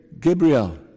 Gabriel